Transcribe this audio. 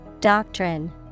Doctrine